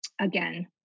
again